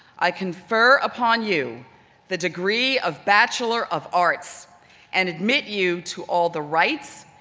i confer upon you the degree of bachelor of arts and admit you to all the rights,